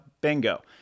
Bingo